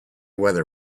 weather